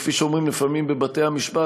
כפי שאומרים לפעמים בבתי-המשפט,